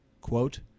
quote